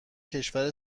کشور